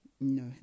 no